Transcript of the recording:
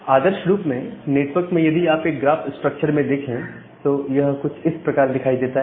आदर्श रूप में नेटवर्क में यदि आप ग्राफ स्ट्रक्चर में देखें तो यह कुछ इस प्रकार दिखाई देता है